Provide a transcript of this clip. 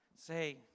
say